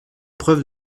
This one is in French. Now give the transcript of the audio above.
preuve